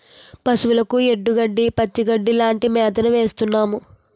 పశువులకు ఎండుగడ్డి, పచ్చిగడ్డీ లాంటి మేతను వేస్తున్నాము